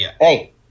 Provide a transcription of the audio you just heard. hey –